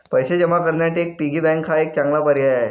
पैसे जमा करण्यासाठी पिगी बँक हा एक चांगला पर्याय आहे